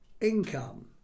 income